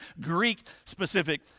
Greek-specific